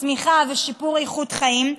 צמיחה ושיפור איכות חיים,